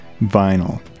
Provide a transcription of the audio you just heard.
vinyl